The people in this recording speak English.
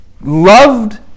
loved